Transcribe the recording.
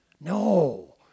No